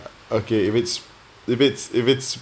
okay if it's if it's if it's